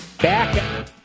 back